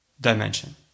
dimension